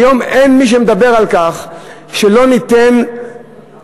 היום אין מי שמדבר על כך שלא ניתן בחוק